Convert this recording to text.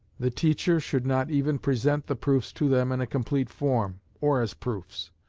the teacher should not even present the proofs to them in a complete form, or as proofs.